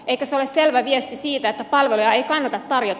eikö se ole selvä viesti siitä että palveluja ei kannata tarjota